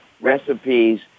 recipes